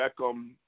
Beckham